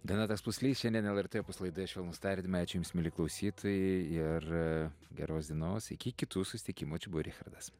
donatas puslys šiandien lrt opus laidoje švelnūs tardymai ačiū jums mieli klausytojai ir geros dienos iki kitų susitikimų čia buvo richardas